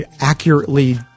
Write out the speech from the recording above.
accurately